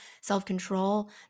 self-control